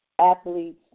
athletes